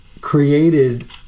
created